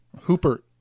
Hooper